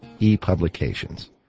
ePublications